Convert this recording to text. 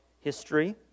history